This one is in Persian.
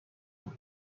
بود